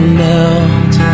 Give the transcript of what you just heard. melt